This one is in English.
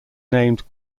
named